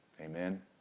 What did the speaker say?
Amen